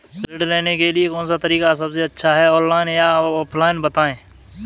ऋण लेने के लिए कौन सा तरीका सबसे अच्छा है ऑनलाइन या ऑफलाइन बताएँ?